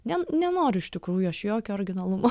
ne nenoriu iš tikrųjų aš jokio originalumo